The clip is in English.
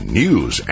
news